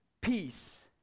peace